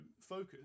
focus